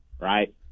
right